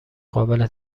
قابل